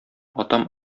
атам